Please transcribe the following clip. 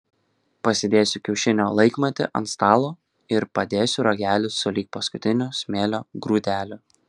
pasidėsiu kiaušinio laikmatį ant stalo ir padėsiu ragelį sulig paskutiniu smėlio grūdeliu